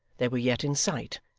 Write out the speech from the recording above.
they were yet in sight,